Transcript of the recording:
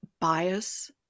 bias